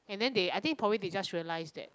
and then they I think probably they just realised that